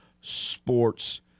Sports